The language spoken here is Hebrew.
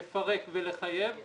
לפרק ולחייב,